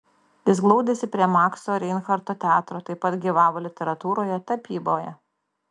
jis glaudėsi prie makso reinharto teatro taip pat gyvavo literatūroje tapyboje